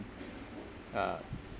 uh